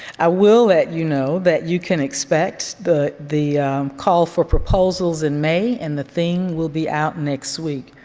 i will let you know that you can expect the the call for proposals in may and the thing will be out next week.